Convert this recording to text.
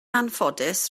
anffodus